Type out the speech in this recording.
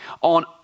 on